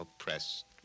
oppressed